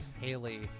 Haley